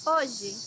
Hoje